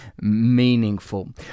meaningful